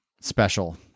special